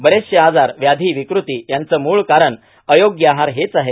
बरेचसे आजार व्याधी विकृती याचे मूळ कारण अयोग्य आहार हेच आहे